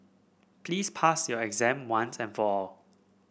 please pass your exam once and for all